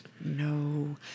No